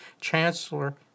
Chancellor